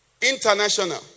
international